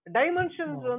dimensions